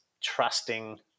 trusting